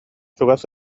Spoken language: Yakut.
чугас